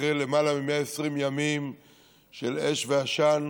אחרי למעלה מ-120 ימים של אש ועשן,